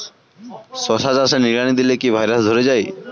শশা চাষে নিড়ানি দিলে কি ভাইরাস ধরে যায়?